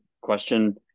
question